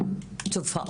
בואו נגיד ככה,